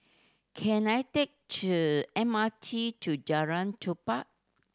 can I take the M R T to Jalan Tupai